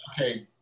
okay